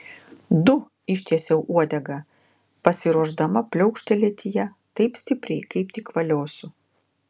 du ištiesiau uodegą pasiruošdama pliaukštelėti ja taip stipriai kaip tik valiosiu